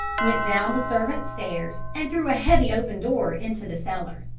went down the servants' stairs and through a heavy open door into the cellar.